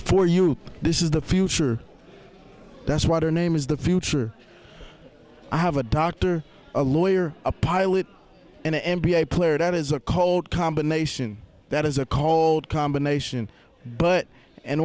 for you this is the future that's what her name is the future i have a doctor a lawyer a pilot an n b a player that is a cold combination that is a called combination but